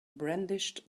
brandished